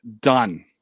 done